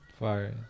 Fire